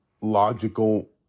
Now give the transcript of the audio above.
logical